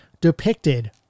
depicted